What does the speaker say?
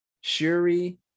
Shuri